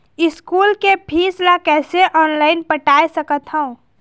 School के fees ला कैसे ऑनलाइन पटाए सकत हव?